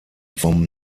vom